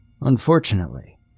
Unfortunately